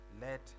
let